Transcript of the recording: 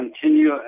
continue